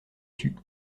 tut